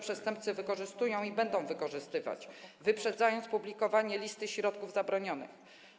Przestępcy to wykorzystują i będą wykorzystywać, wyprzedzając publikowane listy środków zabronionych.